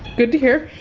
good to hear.